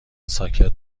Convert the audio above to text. ساکت